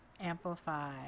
amplify